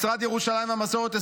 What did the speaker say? במשרד ירושלים והמסורת,